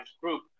group